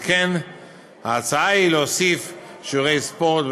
על כן מוצע להוסיף שיעורי ספורט,